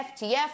FTF